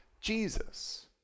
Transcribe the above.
Jesus